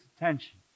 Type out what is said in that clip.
attention